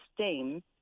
steam